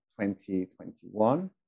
2021